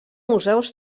museus